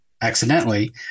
accidentally